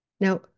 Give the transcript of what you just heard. Now